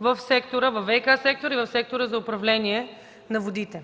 във ВиК-сектора и в сектора за управление на водите.